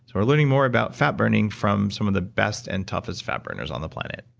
we're learning more about fat burning from some of the best and toughest fat burners on the planet